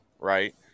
right